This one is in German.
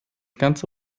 ganze